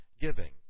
giving